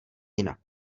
jinak